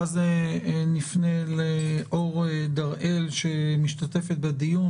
ואז נפנה לאור דראל שמשתתפת בדיון,